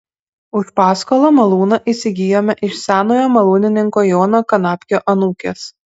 už paskolą malūną įsigijome iš senojo malūnininko jono kanapkio anūkės